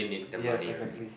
yes exactly